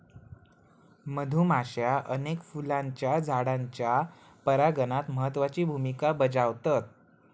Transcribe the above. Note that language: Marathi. मधुमाश्या अनेक फुलांच्या झाडांच्या परागणात महत्त्वाची भुमिका बजावतत